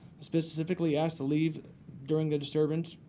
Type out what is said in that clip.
specifically asked to leave during the disturbance.